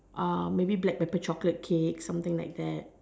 uh maybe black pepper chocolate cake maybe something like that